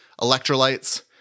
electrolytes